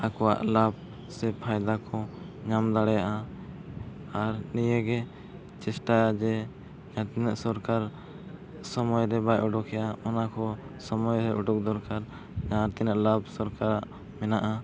ᱟᱠᱚᱣᱟᱜ ᱞᱟᱵᱷ ᱥᱮ ᱯᱷᱟᱭᱫᱟ ᱠᱚ ᱧᱟᱢ ᱫᱟᱲᱮᱭᱟᱜᱼᱟ ᱟᱨ ᱱᱤᱭᱟᱹᱜᱮ ᱪᱮᱥᱴᱟᱭᱟ ᱡᱮ ᱡᱟᱦᱟᱸ ᱛᱤᱱᱟᱹᱜ ᱥᱚᱨᱠᱟᱨ ᱥᱚᱢᱚᱭᱨᱮ ᱵᱟᱭ ᱩᱰᱩᱠᱮᱫᱟ ᱚᱱᱟᱠᱚ ᱥᱚᱢᱚᱭ ᱨᱮ ᱩᱰᱩᱠ ᱫᱚᱨᱠᱟᱨ ᱡᱟᱦᱟᱸ ᱛᱤᱱᱟᱹᱜ ᱞᱟᱵᱷ ᱥᱚᱨᱠᱟᱨᱟᱜ ᱢᱮᱱᱟᱜᱼᱟ